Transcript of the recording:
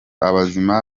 abazima